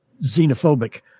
xenophobic